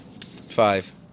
Five